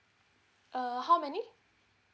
uh how many